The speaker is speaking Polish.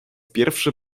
pierwszy